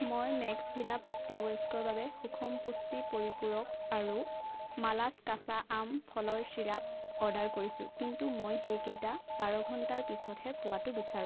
মই মেক্সভিদা প্ৰাপ্তবয়স্কৰ বাবে সুষম পুষ্টি পৰিপূৰক আৰু মালাছ কেঁচা আম ফলৰ চিৰাপ অৰ্ডাৰ কৰিছোঁ কিন্তু মই সেইকেইটা বাৰ ঘণ্টাৰ পিছতহে পোৱাটো বিচাৰোঁ